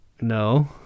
No